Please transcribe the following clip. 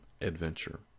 adventure